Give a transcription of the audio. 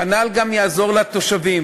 כנ"ל גם יעזור לתושבים.